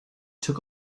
took